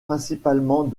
principalement